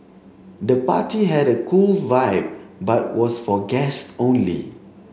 the party had a cool vibe but was for guest only